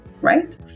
right